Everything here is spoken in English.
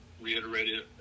reiterated